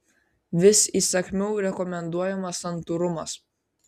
vis įsakmiau rekomenduojamas santūrumas